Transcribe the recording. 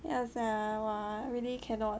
ya sia !wah! really cannot